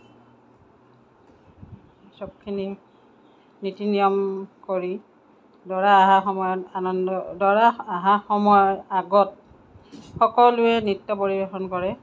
সবখিনি নীতি নিয়ম কৰি দৰা অহা সময়ত আনন্দ দৰা অহা সময়ৰ আগত সকলোৱে নৃত্য পৰিৱেশন কৰে